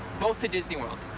both to disney world.